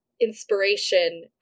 inspiration